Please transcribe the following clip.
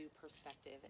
perspective